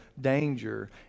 danger